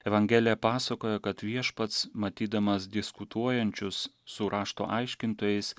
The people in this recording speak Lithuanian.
evangelija pasakoja kad viešpats matydamas diskutuojančius su rašto aiškintojais